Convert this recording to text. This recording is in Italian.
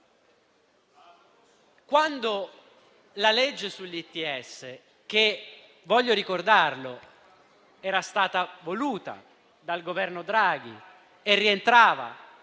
Quando la legge sugli ITS, che ricordo era stata voluta dal Governo Draghi e rientrava